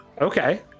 Okay